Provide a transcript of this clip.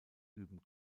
üben